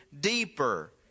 deeper